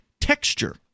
Texture